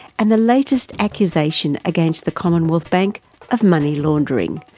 and the latest accusations against the commonwealth bank of money laundering,